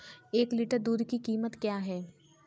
एक लीटर दूध की कीमत क्या है?